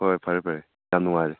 ꯍꯣꯏ ꯐꯔꯦ ꯐꯔꯦ ꯌꯥꯝ ꯅꯨꯡꯉꯥꯏꯔꯦ